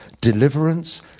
deliverance